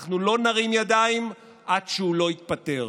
ואנחנו לא נרים ידיים עד שהוא לא יתפטר.